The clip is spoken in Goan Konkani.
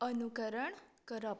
अनुकरण करप